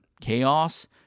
chaos